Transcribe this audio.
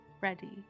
ready